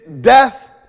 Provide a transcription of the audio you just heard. death